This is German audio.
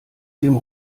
dem